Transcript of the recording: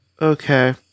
Okay